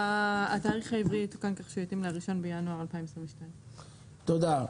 התאריך העברי יתוקן כך שהוא יתאים ל-1 בינואר 2022. תודה.